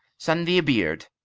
send thee a beard!